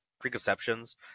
preconceptions